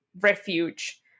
refuge